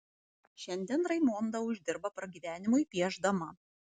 šiandien raimonda uždirba pragyvenimui piešdama